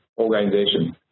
organization